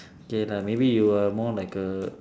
K lah maybe you are more like a